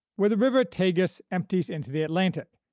where the river tagus empties into the atlantic,